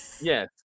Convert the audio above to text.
Yes